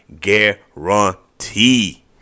guarantee